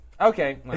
Okay